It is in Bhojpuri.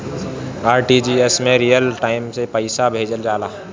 आर.टी.जी.एस में रियल टाइम में पइसा भेजल जाला